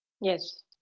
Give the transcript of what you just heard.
Yes